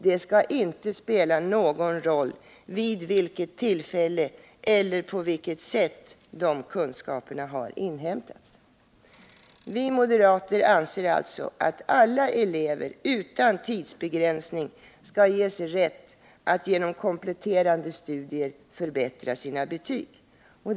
Det skall inte spela någon roll vid vilket tillfälle eller på vilket sätt de kunskaperna har inhämtats. Vi moderater anser alltså att alla elever utan tidsbegränsning skall ges rätt att genom kompletterande studier förbättra sina betyg.